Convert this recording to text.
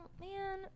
man